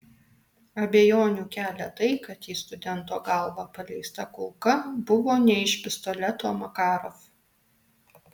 abejonių kelia tai kad į studento galvą paleista kulka buvo ne iš pistoleto makarov